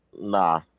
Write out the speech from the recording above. Nah